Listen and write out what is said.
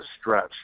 stretch